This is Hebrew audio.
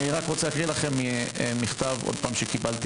אני רוצה להקריא לכם מכתב נוסף שקיבלתי.